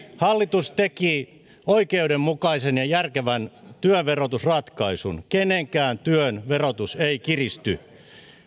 hallitus teki oikeudenmukaisen ja järkevän työverotusratkaisun kenenkään työn verotus ei kiristy